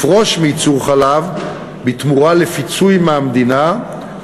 לפרוש מייצור חלב בתמורה לפיצוי מהמדינה,